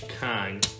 Kang